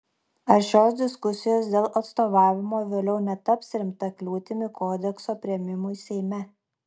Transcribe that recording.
ar šios diskusijos dėl atstovavimo vėliau netaps rimta kliūtimi kodekso priėmimui seime